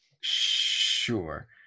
Sure